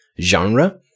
genre